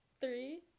three